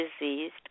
diseased